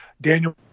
Daniel